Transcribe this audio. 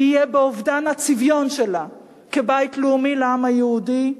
יהיה אובדן הצביון שלה כבית לאומי לעם היהודי,